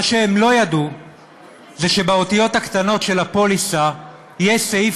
מה שהם לא ידעו זה שבאותיות הקטנות של הפוליסה יש סעיף